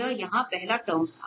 यह यहां पहला टर्म था